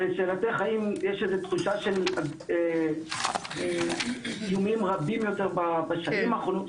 לשאלתך האם יש איזה תחושה של איומים רבים יותר בשנים האחרונות,